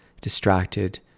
Distracted